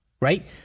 right